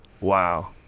Wow